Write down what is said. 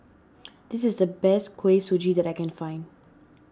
this is the best Kuih Suji that I can find